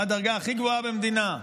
מה הדרגה הכי גבוהה במדינה?